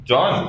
John